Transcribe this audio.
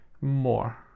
more